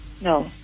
No